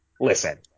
Listen